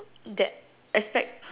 that expect